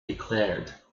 declared